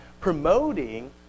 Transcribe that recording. promoting